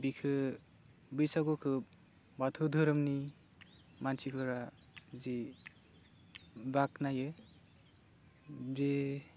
बेखो बैसागुखौ बाथौ धोरोमनि मानसिफोरा जि बाख्नायो जि